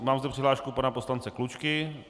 Mám zde přihlášku pana poslance Klučky.